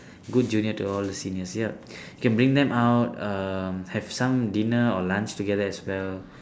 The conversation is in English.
good junior to all the seniors ya you can bring them out um have some dinner or lunch together as well